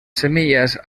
semillas